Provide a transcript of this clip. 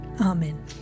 Amen